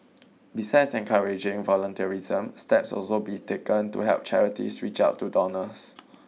besides encouraging volunteerism steps walso be taken to help charities reach out to donors